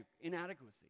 inadequacy